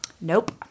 Nope